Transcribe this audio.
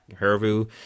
Hervu